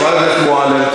חברת הכנסת מועלם.